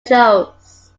chose